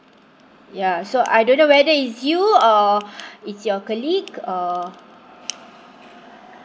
ya so I don't know whether is you or it's your colleague or